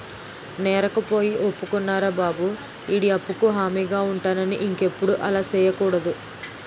నేరకపోయి ఒప్పుకున్నారా బాబు ఈడి అప్పుకు హామీగా ఉంటానని ఇంకెప్పుడు అలా సెయ్యకూడదు